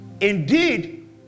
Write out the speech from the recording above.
Indeed